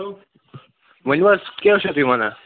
hello ؤنِو حظ کیٛاہ حظ چھُو تُہۍ وَنان